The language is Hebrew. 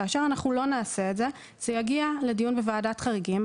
כאשר לא נעשה את זה זה יגיע לדיון בוועדת חריגים,